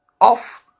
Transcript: off